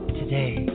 today